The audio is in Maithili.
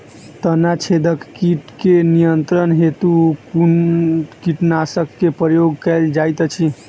तना छेदक कीट केँ नियंत्रण हेतु कुन कीटनासक केँ प्रयोग कैल जाइत अछि?